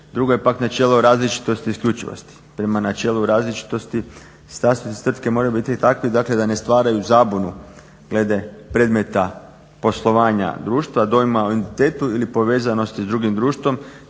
Drugo je pak načelo različitosti i isključivosti. Prema načelu različitosti statusi tvrtke moraju biti takvi dakle da ne stvaraju zabunu glede predmeta poslovanja društva, dojma o identitetu ili povezanosti s drugim društvom